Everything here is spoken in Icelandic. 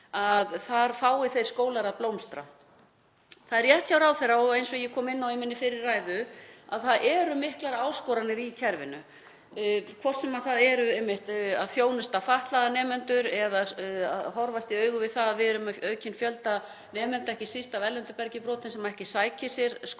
að þar fái þeir skólar að blómstra. Það er rétt hjá ráðherra, eins og ég kom inn á í minni fyrri ræðu, að það eru miklar áskoranir í kerfinu, hvort sem það er einmitt að þjónusta fatlaða nemendur eða horfast í augu við það að við erum með aukinn fjölda nemenda, ekki síst af erlendu bergi brotinn, sem ekki sækir sér skóla